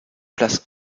place